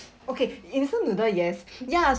okay instant noodle yes ya